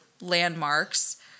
landmarks